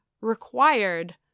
required